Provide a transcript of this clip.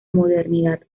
modernidad